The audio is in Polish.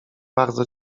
bardzo